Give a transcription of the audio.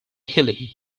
hilly